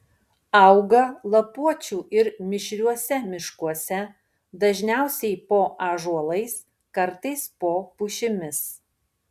auga lapuočių ir mišriuose miškuose dažniausiai po ąžuolais kartais po pušimis